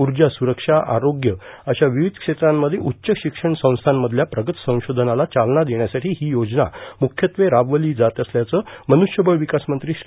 ऊर्जा सुरक्षा आरोग्य अशा विविष क्षेत्रांमध्ये उच्च शिक्षण संस्यांमधल्या प्रगत संशोधनाला चालना देण्यासाठी ही योजना मुख्यत्वे राबवली जात असल्याचं मनुष्यवळ विकासमंत्री श्री